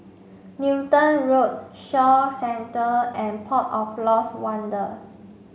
Newton Road Shaw Centre and Port of Lost Wonder